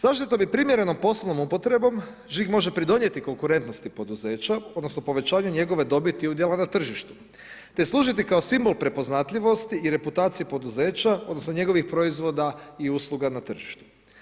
Zaštitom i primjerenom poslovnom upotrebom žig može pridonijeti konkurentnosti poduzeća odnosno povećanju njegove dobiti udjela na tržištu te služiti kao simbol prepoznatljivosti i reputacije poduzeća odnosno njegovih proizvoda i usluga na tržištu.